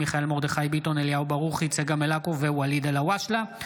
ביטול אגרת מיון בבתי חולים פסיכיאטריים,